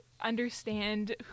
understand